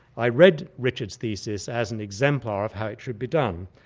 i read richard's thesis as an exemplar of how it should be done.